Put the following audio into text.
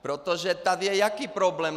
Protože tady je jaký problém?